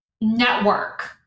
network